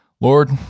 Lord